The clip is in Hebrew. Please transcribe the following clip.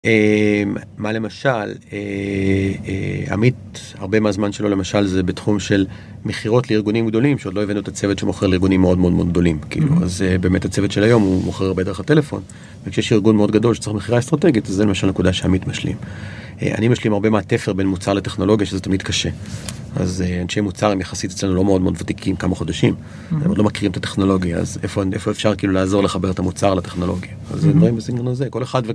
מה למשל? עמית הרבה מהזמן שלו למשל זה בתחום של מכירות לארגונים גדולים, שעוד לא הבאנו את הצוות שמוכר לארגונים מאוד מאוד מאוד גדולים כאילו, אז באמת הצוות של היום הוא מוכר הרבה דרך הטלפון, וכשיש ארגון מאוד גדול שצריך מכירה אסטרטגית זה נקודה שעמית משלים. אני משלים הרבה מהתפר בין מוצר לטכנולוגיה שזה תמיד קשה. אז אנשי מוצר הם יחסית לא מאוד מאוד ותיקים, כמה חודשים. הם עוד לא מכירים את הטכנולוגיה, איפה אפשר כאילו לעזור לחבר את המוצר לטכנולוגיה.